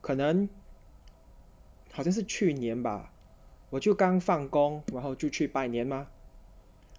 可能好像是去年吧我就刚放工然后就去拜年吗